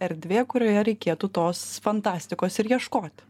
erdvė kurioje reikėtų tos fantastikos ir ieškoti